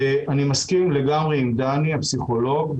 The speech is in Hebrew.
אני מסכים לגמרי עם דני, הפסיכולוג.